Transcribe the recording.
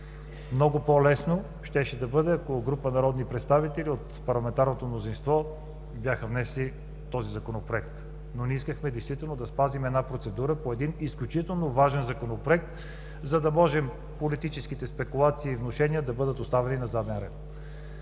Много по-лесно щеше да бъде, ако група народни представители от парламентарното мнозинство бяха внесли този Законопроект, но ние искахме действително да спазим процедура по един изключително важен Законопроект, за да може политическите спекулации и внушения да бъдат оставени на заден ред.